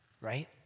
right